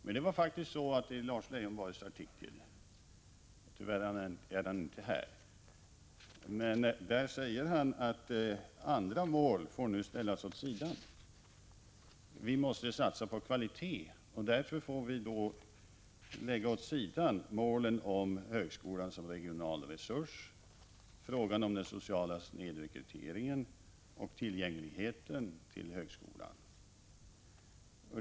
Men i sin artikel säger faktiskt Lars Leijonborg — tyvärr är han inte här — att vi måste satsa på kvalitet, och därför får vi nu lägga åt sidan målen om högskolan som regional resurs och 105 frågan om den sociala snedrekryteringen och tillgängligheten till högskolan.